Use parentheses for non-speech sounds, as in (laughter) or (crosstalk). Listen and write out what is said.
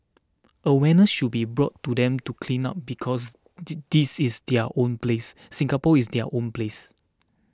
awareness should be brought to them to clean up because (noise) this is their own place Singapore is their own place